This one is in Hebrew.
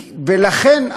ולכן,